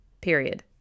Period